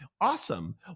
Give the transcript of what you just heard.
Awesome